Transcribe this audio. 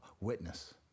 witness